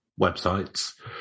websites